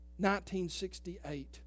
1968